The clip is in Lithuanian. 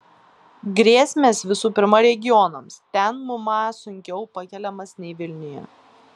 grėsmės visų pirma regionams ten mma sunkiau pakeliamas nei vilniuje